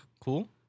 cool